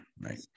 right